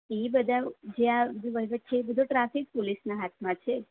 એ બધા જે આ વહિવટ છેે બધો ટ્રાફિક પોલીસના હાથમાં છે